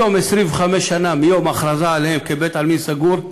בתום 25 שנה מיום ההכרזה עליהם כבית-עלמין סגור,